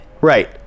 right